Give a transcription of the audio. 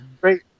great